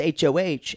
HOH